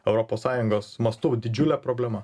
europos sąjungos mastu didžiulė problema